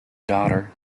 daughter